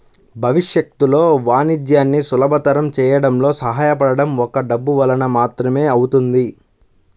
భవిష్యత్తులో వాణిజ్యాన్ని సులభతరం చేయడంలో సహాయపడటం ఒక్క డబ్బు వలన మాత్రమే అవుతుంది